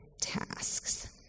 tasks